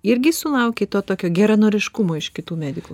irgi sulaukei to tokio geranoriškumo iš kitų medikų